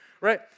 right